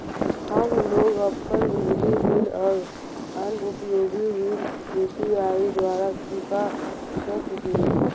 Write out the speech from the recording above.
हम लोग अपन बिजली बिल और अन्य उपयोगि बिल यू.पी.आई द्वारा चुका सक ही